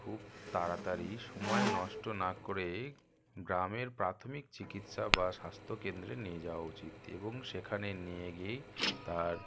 খুব তাড়াতাড়ি সময় নষ্ট না করে গ্রামের প্রাথমিক চিকিৎসা বা স্বাস্থ্য কেন্দ্রে নিয়ে যাওয়া উচিত এবং সেখানে নিয়ে গিয়েই তার